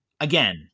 again